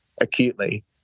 acutely